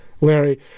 Larry